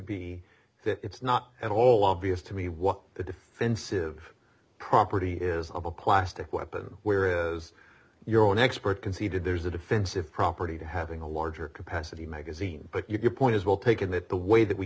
be it's not at all obvious to me what the defensive property is of a plastic weapon where you're an expert conceded there's a defensive property to having a larger capacity magazine but your point is well taken that the way that we